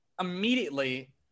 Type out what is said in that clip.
immediately